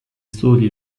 soli